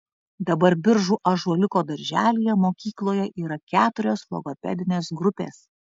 dabar biržų ąžuoliuko darželyje mokykloje yra keturios logopedinės grupės